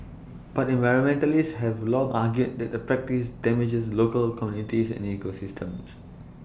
but environmentalists have long argued that the practice damages local communities and ecosystems